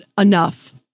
enough